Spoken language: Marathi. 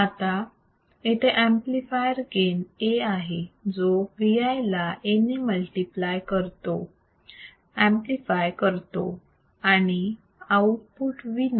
आता तिथे ऍम्प्लिफायर गेन A आहे जो Vi ला A ने ऍम्प्लिफाय करतो आणि आउटपुट Vo